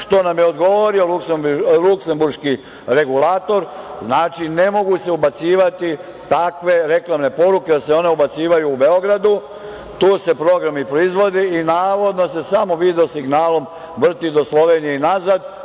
što nam je odgovorio luksemburški regulator, znači ne mogu se ubacivati takve reklamne poruke, jer se one ubacuju u Beogradu. Tu se program i proizvodi i navodno se samo video signalom vrti do Slovenije i nazad.